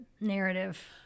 narrative